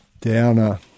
Downer